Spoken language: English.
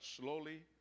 slowly